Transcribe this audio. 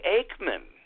Aikman